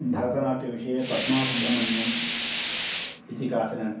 भरतनाट्यविषये पद्मा सुब्रह्मण्यन् इति काचन